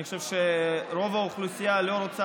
אני חושב שרוב האוכלוסייה לא רוצה